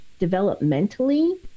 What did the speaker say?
developmentally